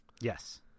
Yes